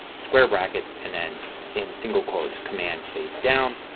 square brackets, and then in single quotes command space down.